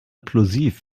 plosiv